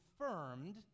confirmed